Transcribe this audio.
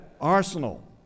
arsenal